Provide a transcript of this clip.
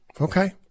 Okay